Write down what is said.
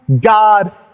God